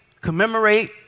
commemorate